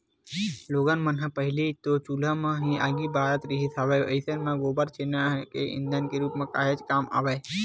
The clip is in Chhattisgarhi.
लोगन मन ह पहिली तो चूल्हा म ही आगी बारत रिहिस हवय अइसन म गोबर छेना ह ईधन के रुप म काहेच काम आवय